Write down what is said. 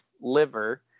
liver